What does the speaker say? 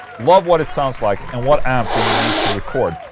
love what it sounds like. and what amp did you use to record?